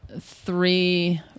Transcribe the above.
three